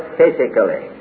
physically